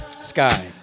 Sky